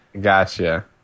Gotcha